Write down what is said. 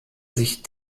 sich